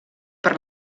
per